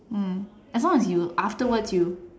mm as long as you afterwards you